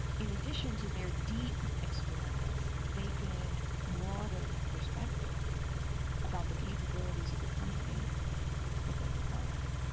in addition to their deep experience they gained broader perspective about the capabilities of the company that they were part of.